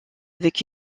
avec